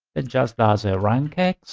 ah just as a rankx,